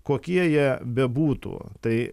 kokie jie bebūtų tai